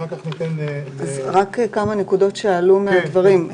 לפני כן, כמה נקודות שעלו מהדברים.